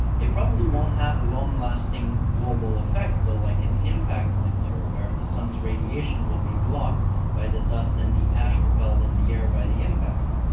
it probably won't have long-lasting global effects though like an impact winter where the sun's radiation would be blocked by the dust and ash propelled in the air by the impact.